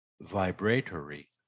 vibratory